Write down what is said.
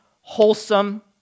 wholesome